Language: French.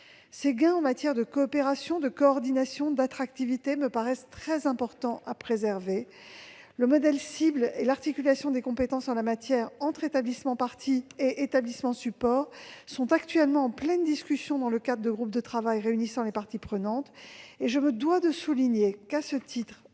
Ces gains en matière de coopération, de coordination et d'attractivité me paraissent très importants à préserver. Le modèle cible et l'articulation des compétences en la matière entre « établissements parties » et « établissements supports » sont actuellement en discussion dans le cadre de groupes de travail réunissant les parties prenantes, et je me dois de souligner qu'aucun des